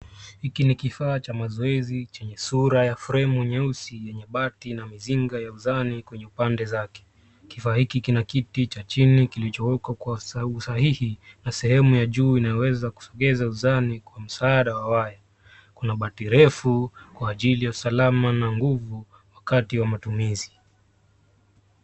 Hiki ni kifaa cha mazoezi chenye sura ya fremu nyeusi yenye bati na mizinga ya uzani kwenye upande zake. Kifaa hiki kina kiti cha chini kilichowekwa kwa usahihi na sehemu ya juu inayoweza kusogeza uzani kwa msaada wa waya. Kuna bati refu kwa ajili ya usalama na nguvu wakati wa matumizi.